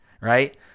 right